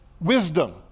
wisdom